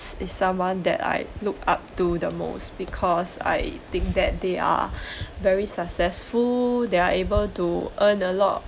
is someone that I look up to the most because I think that they are very successful they are able to earn a lot